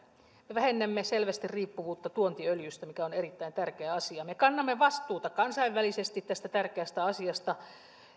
vähennämme selvästi riippuvuutta tuontiöljystä mikä on erittäin tärkeä asia me kannamme vastuuta kansainvälisesti tästä tärkeästä asiasta